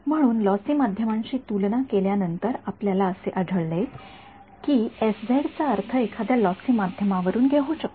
म्हणून लॉसी माध्यमांशी तुलना केल्यावर आपल्याला असे आढळले आहे की चा अर्थ एखाद्या लॉसी माध्यमावरून घेऊ शकतो